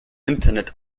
internet